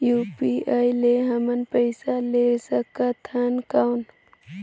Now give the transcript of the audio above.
UPI ले हमन पइसा ले सकथन कौन?